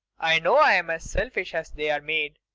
i know i'm as selfish as they're made.